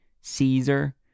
Caesar